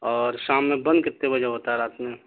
اور شام میں بند کتے بجے ہوتا ہے رات میں